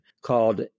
called